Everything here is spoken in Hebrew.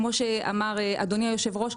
כמו שאמר אדוני יושב הראש,